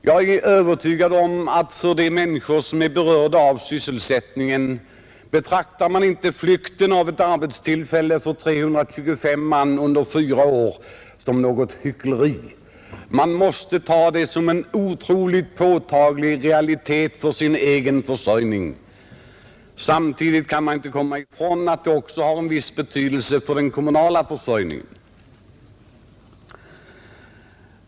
Jag är övertygad om att bland de människor som är berörda av sysselsättningen betraktar man inte talet om arbetstillfällen för 325 man under fyra år som något hyckleri. Man måste ta det som en ytterst påtaglig realitet för sin egen försörjning. Samtidigt kan vi inte komma ifrån att det också har en viss betydelse för den kommunala försörjningen.